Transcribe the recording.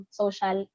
social